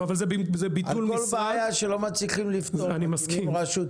אבל זה ביטול משרד --- על כל בעיה שלא מצליחים לפתור מקימים רשות.